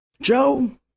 Joe